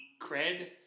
cred